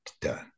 done